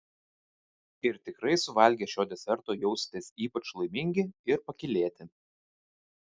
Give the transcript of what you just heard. ir tikrai suvalgę šio deserto jausitės ypač laimingi ir pakylėti